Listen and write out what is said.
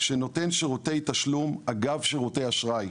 נותן שירותי תשלום, אגב שירותי אשראי,